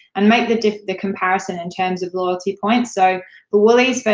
and make the the comparison in terms of loyalty points, so but wooly's, but